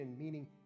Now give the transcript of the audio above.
meaning